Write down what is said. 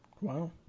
Wow